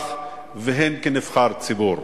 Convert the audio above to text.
כאזרח והן כנבחר ציבור.